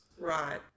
Right